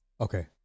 Okay